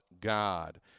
God